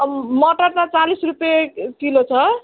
अब मटर त चालिस रुपियाँ किलो छ